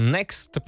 Next